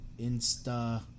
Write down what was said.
Insta